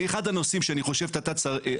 אני אומר שאני חושב שאחד הנושאים,